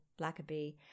Blackaby